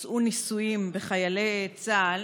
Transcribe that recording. כי בוצעו ניסויים בחיילי צה"ל